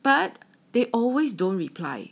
but they always don't reply